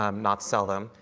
um not sell them,